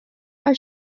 are